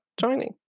joining